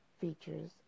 features